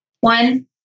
One